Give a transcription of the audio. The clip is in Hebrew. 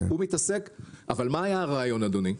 הרעיון היה,